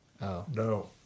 no